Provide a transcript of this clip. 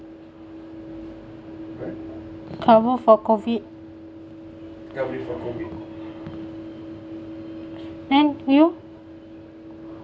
cover for COVID and for you